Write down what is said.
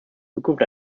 zukunft